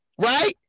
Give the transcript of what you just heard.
right